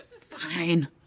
Fine